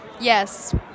Yes